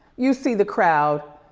you see the crowd,